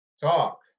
talk